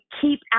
keep